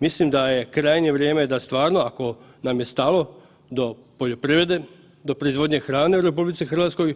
Mislim da je krajnje vrijeme da stvarno ako nam je stalo do poljoprivrede, do proizvodnje hrane u RH,